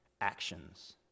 actions